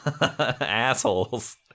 assholes